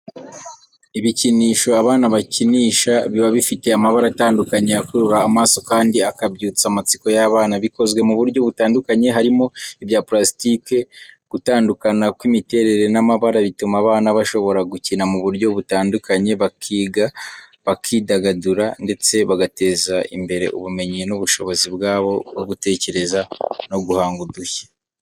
Ibikinisho abana bakinisha biba bifite amabara atandukanye akurura amaso kandi akabyutsa amatsiko y'abana. Bikozwe mu buryo butandukanye, harimo ibya purasitike. Gutandukana kw'imiterere n'amabara bituma abana bashobora gukina mu buryo butandukanye, bakiga, bakidagadura ndetse bagateza imbere ubumenyi n'ubushobozi bwabo bwo gutekereza no guhanga udushya.